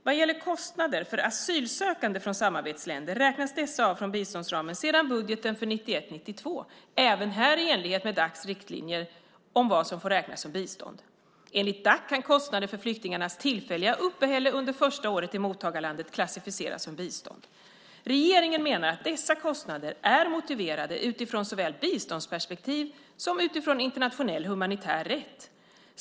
Vad gäller kostnader för asylsökande från samarbetsländer räknas dessa av från biståndsramen sedan budgeten för 1991/92, även här i enlighet med Dac:s riktlinjer för vad som får räknas som bistånd. Enligt Dac kan kostnader för flyktingarnas tillfälliga uppehälle under första året i mottagarlandet klassificeras som bistånd. Regeringen menar att dessa kostnader är motiverade såväl utifrån biståndsperspektiv som utifrån internationell humanitär rätt.